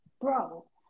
bro